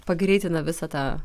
pagreitina visą tą